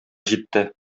җитте